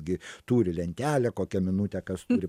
gi turi lentelę kokią minutę kas turi